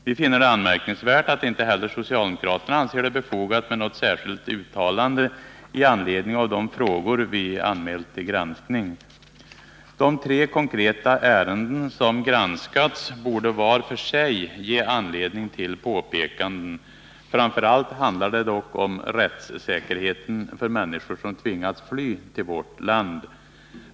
Vi finner det anmärkningsvärt att inte heller socialdemokraterna anser det befogat med något särskilt uttalande i anledning av de frågor vi har anmält till granskning. De tre konkreta ärenden som granskats borde var för sig ge anledning till påpekanden. Framför allt handlar det dock om rättssäkerheten för människor som tvingats fly till vårt land.